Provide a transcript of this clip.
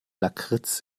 lakritz